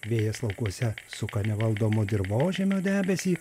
vėjas laukuose suka nevaldomo dirvožemio debesį